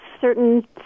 certain